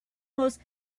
most